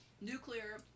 nuclear